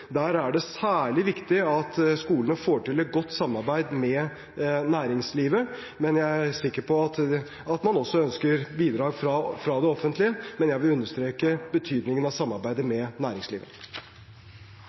er særlig viktig at skolene får til et godt samarbeid med næringslivet. Jeg er sikker på at man også ønsker bidrag fra det offentlige, men jeg vil understreke betydningen av samarbeidet